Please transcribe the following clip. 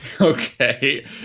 Okay